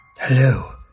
Hello